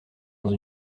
dans